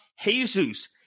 Jesus